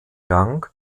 gang